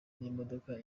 n’imodoka